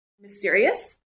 mysterious